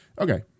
Okay